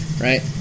right